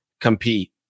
compete